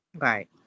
Right